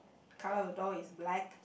colour of the door is black